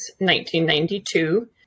1992